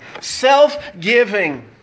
self-giving